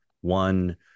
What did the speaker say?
one